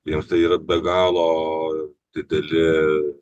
jiems tai yra be galo dideli